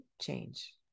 change